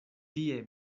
tie